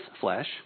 flesh